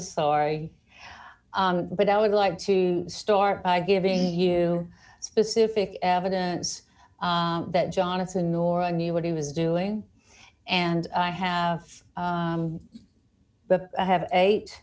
sorry but i would like to start by giving you specific evidence that jonathan nor i knew what he was doing and i have but i have eight